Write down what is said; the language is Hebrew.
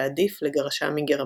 ועדיף לגרשם מגרמניה.